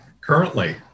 currently